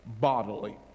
bodily